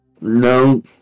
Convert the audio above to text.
No